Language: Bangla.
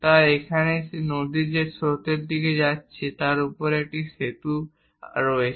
তাই এখানেই সেই নদী যেটি স্রোতের দিকে আসছে এবং যার উপরে একটি সেতু রয়েছে